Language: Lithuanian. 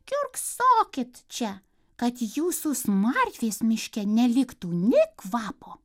kiurksokit čia kad jūsų smarvės miške neliktų nė kvapo